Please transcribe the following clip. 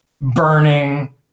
burning